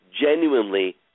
genuinely